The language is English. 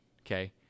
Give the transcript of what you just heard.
Okay